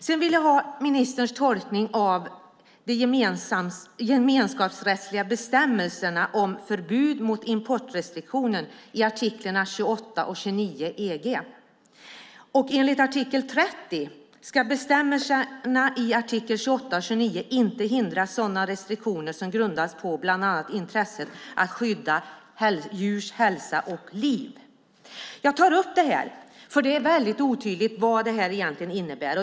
Sedan vill jag ha ministerns tolkning av de gemenskapsrättsliga bestämmelserna om förbud mot importrestriktionen i artiklarna 28 och 29 EG. Enligt artikel 30 ska bestämmelserna i artiklarna 28 och 29 inte hindra sådana restriktioner som grundas på bland annat intressen att skydda djurs hälsa och liv. Jag tar upp detta, för det är väldigt otydligt vad det här egentligen innebär.